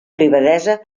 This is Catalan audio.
privadesa